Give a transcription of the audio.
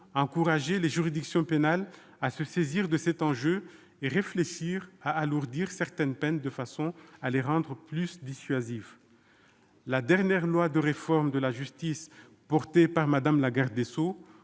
encourager les juridictions pénales à se saisir de cet enjeu, pour réfléchir à alourdir certaines peines de façon à les rendre plus dissuasives. La dernière loi de réforme de la justice, défendue par Mme la garde des sceaux,